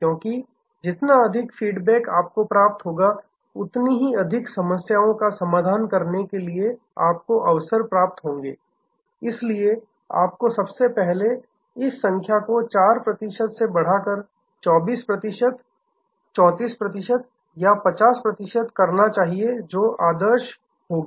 क्योंकि जितना अधिक फीडबैक आपको प्राप्त होगा उतना ही अधिक समस्याओं का समाधान करने के लिए आपको अवसर प्राप्त होंगेइसलिए आपको सबसे पहले इस संख्या को 4 प्रतिशत से बढ़ाकर 24 प्रतिशत 34 प्रतिशत या 50 प्रतिशत करना चाहिए जो आदर्श होगा